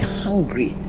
hungry